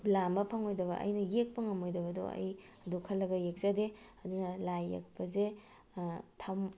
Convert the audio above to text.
ꯂꯥꯝꯕ ꯐꯪꯉꯣꯏꯗꯕ ꯑꯩꯅ ꯌꯦꯛꯄ ꯉꯝꯃꯣꯏꯗꯕꯗꯣ ꯑꯩ ꯑꯗꯨ ꯈꯜꯂꯒ ꯌꯦꯛꯆꯗꯦ ꯑꯗꯨꯅ ꯂꯥꯏ ꯌꯦꯛꯄꯁꯦ